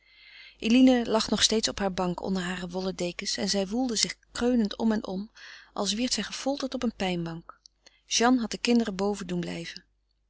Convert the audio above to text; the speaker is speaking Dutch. eline lag nog steeds op haar bank onder hare wollen dekens en zij woelde zich kreunend om en om als wierd zij gefolterd op een pijnbank jeanne had de kinderen boven doen blijven